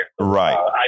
Right